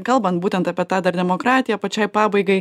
kalbant būtent apie tą dar demokratiją pačiai pabaigai